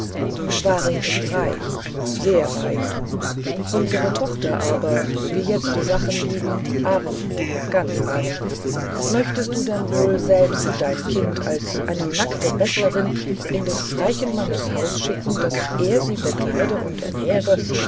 waring ist reich sehr reich unsere tochter aber wie jetzt die sachen liegen arm ganz arm möchtest du denn wohl selbst dein kind als eine nackte bettlerin in des reichen mannes haus schicken daß er sie bekleide und ernähre